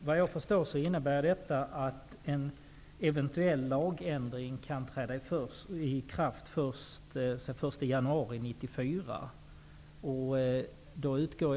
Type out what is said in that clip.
Herr talman! Såvitt jag förstår innebär detta att en eventuell lagändring kan träda i kraft först den 1 januari 1994.